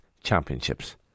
Championships